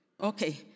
Okay